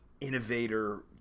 innovator